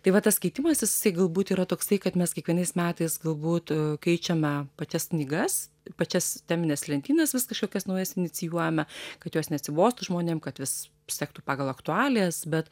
tai va tas keitimasis jisai galbūt yra toksai kad mes kiekvienais metais galbūt keičiame pačias knygas pačias temines lentynas vis kažkokias naujas inicijuojame kad jos neatsibostų žmonėm kad vis sektų pagal aktualijas bet